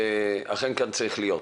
אכן כך צריך להיות.